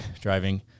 driving